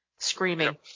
Screaming